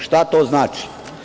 Šta to znači?